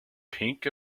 pink